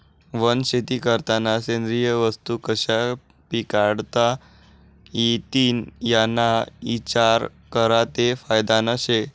वनशेती करतांना सेंद्रिय वस्तू कशा पिकाडता इतीन याना इचार करा ते फायदानं शे